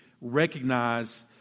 recognize